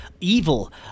evil